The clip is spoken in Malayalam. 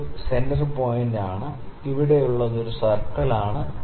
ഇതൊരു സെന്റർ പോയിന്റാണ് ഇത് ഇവിടെ ഒരു സർക്കിളാണ്